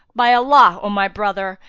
by allah, o my brother,